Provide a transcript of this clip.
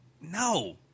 No